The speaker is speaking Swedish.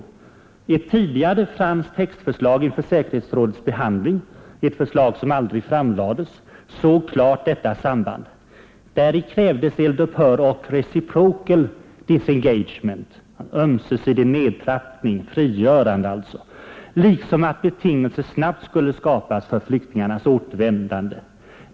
I ett tidigare franskt textförslag inför säkerhetsrådets behandling — ett förslag som aldrig framlades — insågs klart detta samband. Däri krävdes eld-upphör och reciprocal disengagement , liksom att betingelser snabbt skulle skapas för flyktingarnas återvändande.